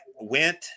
went